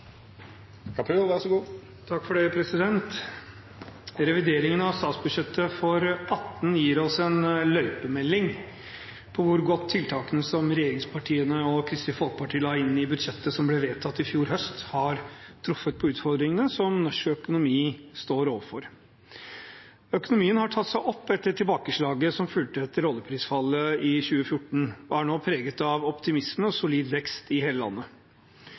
Revideringen av statsbudsjettet for 2018 gir oss en løypemelding om hvor godt tiltakene som regjeringspartiene og Kristelig Folkeparti la inn i budsjettet som ble vedtatt i fjor høst, har truffet på utfordringene som norsk økonomi står overfor. Økonomien har tatt seg opp etter tilbakeslaget som fulgte etter oljeprisfallet i 2014, og er nå preget av optimisme og solid vekst i hele landet.